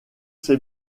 ces